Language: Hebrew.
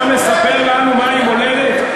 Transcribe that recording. אתה מספר לנו מהי מולדת?